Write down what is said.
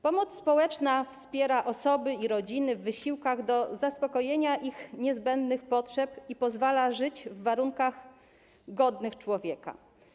Pomoc społeczna wspiera osoby i rodziny w wysiłkach podejmowanych w celu zaspokojenia ich niezbędnych potrzeb i pozwala żyć w warunkach godnych człowieka.